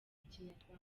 ikinyarwanda